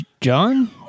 john